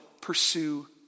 pursue